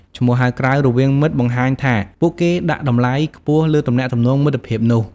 ឈ្មោះហៅក្រៅរវាងមិត្ត បង្ហាញថាពួកគេដាក់តម្លៃខ្ពស់លើទំនាក់ទំនងមិត្តភាពនោះ។